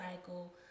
cycle